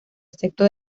excepto